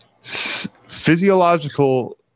physiological